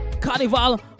Carnival